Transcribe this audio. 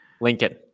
Lincoln